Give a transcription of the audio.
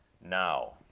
now